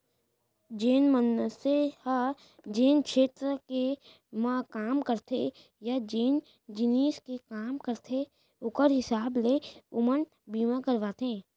जेन मनसे ह जेन छेत्र म काम करथे या जेन जिनिस के काम करथे ओकर हिसाब ले ओमन बीमा करवाथें